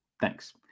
Thanks